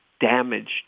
damaged